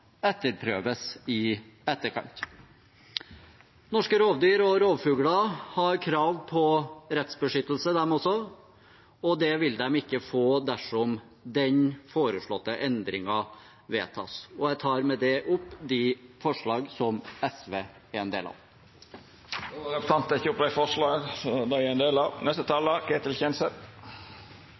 i etterkant. Norske rovdyr og rovfugler har krav på rettsbeskyttelse, de også, og det vil de ikke få dersom den foreslåtte endringen vedtas. Jeg tar med det opp de forslagene som SV er en del av. Då har representanten Lars Haltbrekken teke opp dei forslaga han viste til. Som flere har vært inne på, er